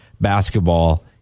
basketball